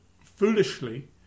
foolishly